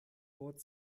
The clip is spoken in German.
wort